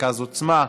מרכז עוצמה,